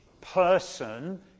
person